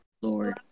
lord